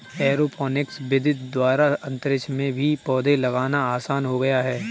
aeroponics विधि द्वारा अंतरिक्ष में भी पौधे लगाना आसान हो गया है